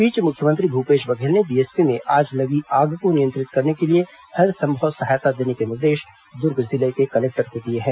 इस बीच मुख्यमंत्री भूपेश बघेल ने बीएसपी में आज लगी आग को नियंत्रित करने के लिए हरसंभव सहायता देने के निर्देश द्र्ग जिले के कलेक्टर को दिए हैं